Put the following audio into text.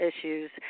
issues